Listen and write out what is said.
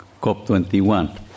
COP21